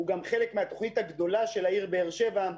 הוא גם חלק מהתוכנית הגדולה של העיר באר שבע,